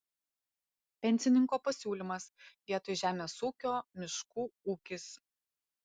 pensininko pasiūlymas vietoj žemės ūkio miškų ūkis